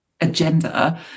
agenda